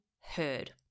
heard